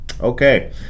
Okay